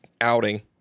outing